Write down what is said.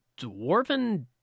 Dwarven